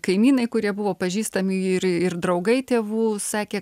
kaimynai kurie buvo pažįstami ir ir draugai tėvų sakė